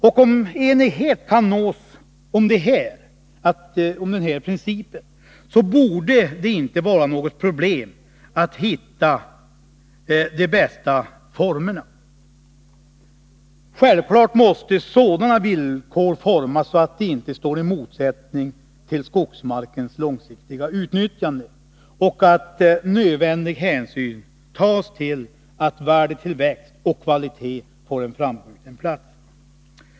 Om enighet kan nås om denna princip, borde det inte vara något problem att hitta de bästa formerna. Självfallet måste sådana villkor utformas som inte står i motsättning till skogsmarkens långsiktiga utnyttjande och så att nödvändig hänsyn tas till att värdetillväxt och kvalitet får en framskjuten plats.